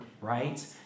right